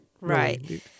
right